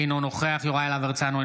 אינו נוכח יוראי להב הרצנו,